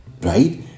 right